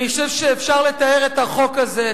אני חושב שאפשר לתאר את החוק הזה,